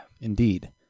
indeed